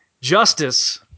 Justice